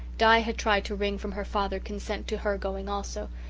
di had tried to wring from her father consent to her going also,